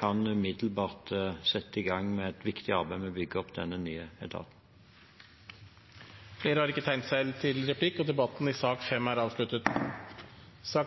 kan umiddelbart sette i gang et viktig arbeid med å bygge opp denne nye etaten. Replikkordskiftet er omme. Flere har ikke bedt om ordet til sak nr. 5.